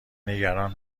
نگران